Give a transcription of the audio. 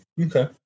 Okay